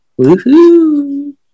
Woohoo